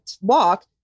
walk